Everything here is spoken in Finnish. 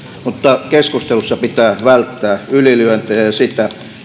mutta keskustelussa pitää välttää ylilyöntejä ja sitä